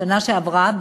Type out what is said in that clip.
בשנה שעברה,